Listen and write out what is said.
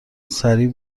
سریع